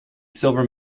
silver